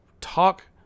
talk